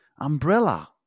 umbrella